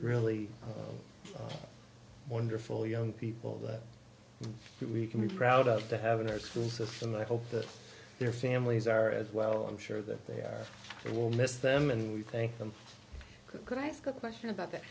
really wonderful young people that we can be proud of to have in our school system and i hope that their families are as well i'm sure that they are we will miss them and we thank them could i ask a question about that